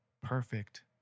perfect